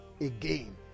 again